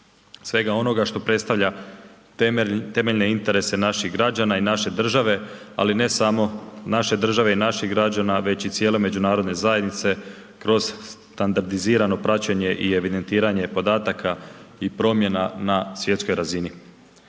Svega onoga što predstavlja temeljne interese naših građana i naše države, ali ne samo naše države i naših građana, već i cijele međunarodne zajednice kroz standardizirano praćenje i evidentiranje podataka i promjena na svjetskoj razini.